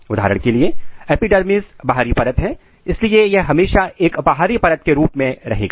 उदाहरण के लिए एपिडर्मिस बाहरी परत है इसलिए यह हमेशा एक बाहरी परत के रूप में रहेगा